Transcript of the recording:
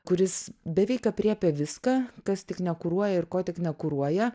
kuris beveik aprėpia viską kas tik nekuruoja ir ko tik nekuruoja